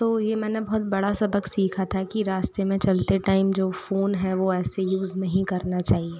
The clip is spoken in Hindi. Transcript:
तो ये मैंने बहुत बड़ा सबक़ सीखा था कि रास्ते में चलते टाइम जो फ़ोन है वो ऐसे यूज़ नहीं करना चाहिए